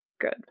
Good